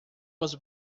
was